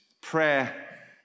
prayer